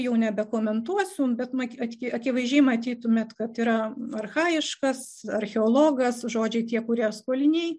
jau nebekomentuosiu bet mat aki akivaizdžiai matytumėt kad yra archaiškas archeologas žodžiai tie kurie skoliniai